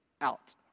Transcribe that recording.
out